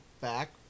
back